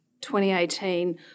2018